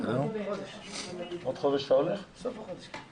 בסוף יש כאן